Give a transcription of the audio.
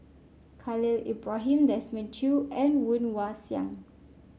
Khalil Ibrahim Desmond Choo and Woon Wah Siang